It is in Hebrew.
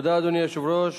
אדוני היושב-ראש,